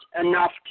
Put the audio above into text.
enough